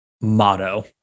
motto